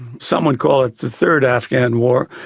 someone called it the third afghan war,